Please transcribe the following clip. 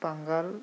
बांगाल